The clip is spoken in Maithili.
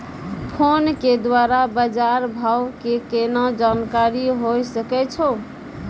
फोन के द्वारा बाज़ार भाव के केना जानकारी होय सकै छौ?